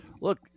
look